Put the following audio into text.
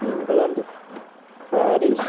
England Paris